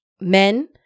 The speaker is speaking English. men